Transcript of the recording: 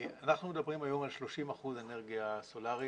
אנחנו מדברים היום על 30 אחוזים אנרגיה סולרית,